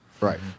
Right